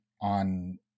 on